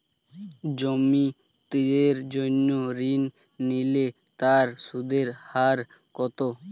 জমি ক্রয়ের জন্য ঋণ নিলে তার সুদের হার কতো?